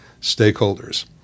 stakeholders